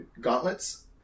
gauntlets